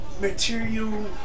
material